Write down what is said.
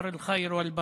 (אומר בערבית: חודש הטוב והברכה.)